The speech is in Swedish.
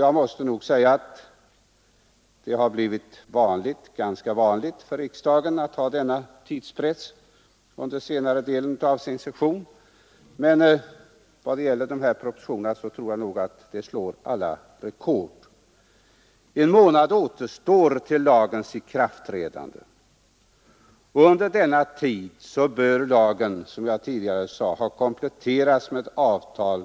Jag vill säga att det visserligen har blivit ganska vanligt med en sådan tidspress under senare delen av riksdagssessionerna men att dessa propositioner torde slå alla rekord. En månad återstår till lagens ikraftträdande, och under denna tid bör lagen, som jag tidigare sade, ha kompletterats med avtal